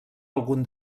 algun